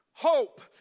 Hope